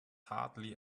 hardly